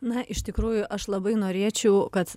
na iš tikrųjų aš labai norėčiau kad